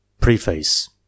Preface